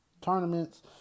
tournaments